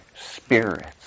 spirits